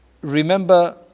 remember